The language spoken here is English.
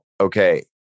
okay